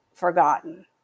forgotten